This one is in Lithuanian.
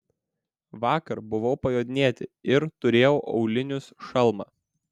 vakar buvau pajodinėti ir turėjau aulinius šalmą